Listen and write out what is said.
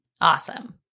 Awesome